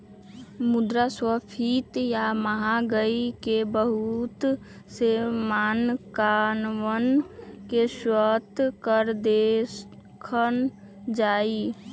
मुद्रास्फीती या महंगाई के बहुत से मानकवन के स्तर पर देखल जाहई